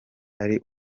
ari